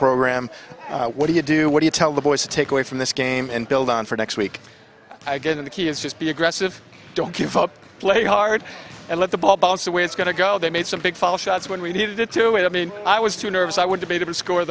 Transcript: program what do you do what do you tell the boys to take away from this game and build on for next week i get in the key is just be aggressive don't give up play hard and let the ball bounce the way it's going to go they made some big fall shots when we needed to do it i mean i was too nervous i would be to score